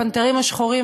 "הפנתרים השחורים",